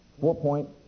Four-point